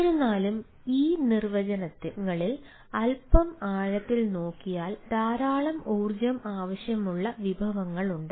എന്നിരുന്നാലും ഈ നിർവ്വചനങ്ങളിൽ അൽപ്പം ആഴത്തിൽ നോക്കിയാൽ ധാരാളം ഊർജ്ജം ആവശ്യമുള്ള വിഭവങ്ങളുണ്ട്